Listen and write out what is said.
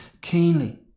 keenly